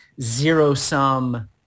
zero-sum